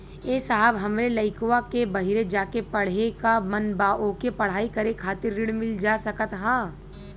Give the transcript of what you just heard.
ए साहब हमरे लईकवा के बहरे जाके पढ़े क मन बा ओके पढ़ाई करे खातिर ऋण मिल जा सकत ह?